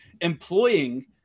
employing